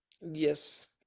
Yes